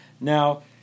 Now